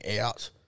out